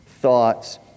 thoughts